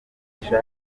basabwe